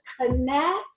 connect